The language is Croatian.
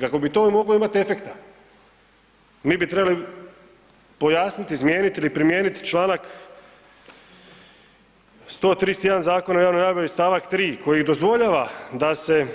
Kako bi to moglo imati efekta mi bi trebali pojasniti, izmijeniti ili primijeniti čl. 131. zakona jedan od najboljih st. 3. koji dozvoljava da se